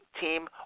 team